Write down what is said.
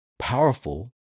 powerful